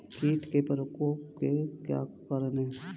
कीट के प्रकोप के क्या कारण हैं?